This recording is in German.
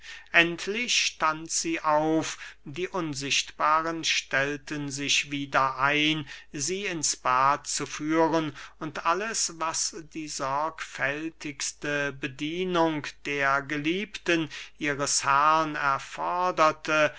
endlich stand sie auf die unsichtbaren stellten sich wieder ein sie ins bad zu führen und alles was die sorgfältigste bedienung der geliebten ihres herrn erforderte